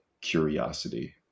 curiosity